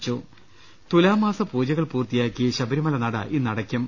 ്്്്്് തുലാമാസ പൂജകൾ പൂർത്തിയാക്കി ശബരിമല നട ഇന്ന് അടയ്ക്കും